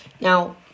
Now